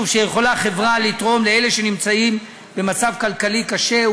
שיכולה החברה לתרום לאלה שנמצאים במצב כלכלי קשה.